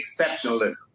exceptionalism